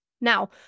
Now